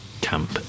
camp